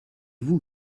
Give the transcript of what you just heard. vous